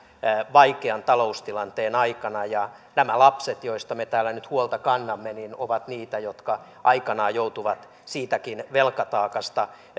vaikean taloustilanteen aikana ja nämä lapset joista me täällä nyt huolta kannamme ovat niitä jotka aikanaan joutuvat siitäkin velkataakasta